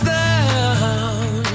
down